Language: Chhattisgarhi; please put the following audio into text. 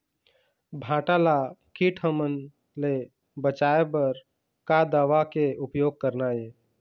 भांटा ला कीट हमन ले बचाए बर का दवा के उपयोग करना ये?